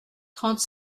trente